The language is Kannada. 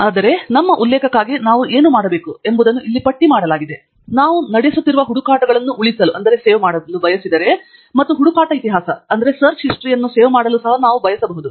ಆದರೆ ನಮ್ಮ ಉಲ್ಲೇಖಕ್ಕಾಗಿ ನಾವು ಏನು ಮಾಡಬೇಕು ಎಂಬುದನ್ನು ಇಲ್ಲಿ ಪಟ್ಟಿ ಮಾಡಲಾಗಿದೆ ನಾವು ನಡೆಸುತ್ತಿರುವ ಹುಡುಕಾಟಗಳನ್ನು ಉಳಿಸಲು ನಾವು ಬಯಸುತ್ತೇವೆ ಮತ್ತು ಹುಡುಕಾಟ ಇತಿಹಾಸವನ್ನು ಉಳಿಸಲು ಸಹ ನಾವು ಬಯಸುತ್ತೇವೆ